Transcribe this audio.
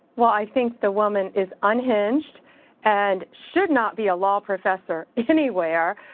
well, i think the woman is unhinged and should not be a law professor anywhere.